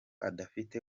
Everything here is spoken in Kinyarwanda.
udafite